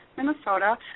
Minnesota